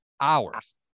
hours